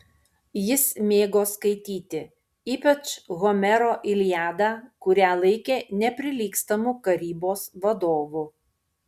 jis mėgo skaityti ypač homero iliadą kurią laikė neprilygstamu karybos vadovu